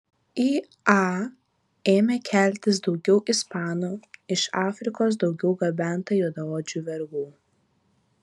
į a ėmė keltis daugiau ispanų iš afrikos daugiau gabenta juodaodžių vergų